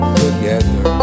together